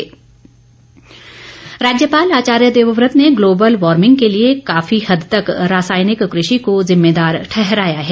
राज्यपाल राज्यपाल आचार्य देवव्रत ने ग्लोबल वार्मिंग के लिए काफी हद तक रसायनिक कृषि को ज़िम्मेदार ठहराया है